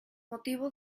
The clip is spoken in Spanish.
motivo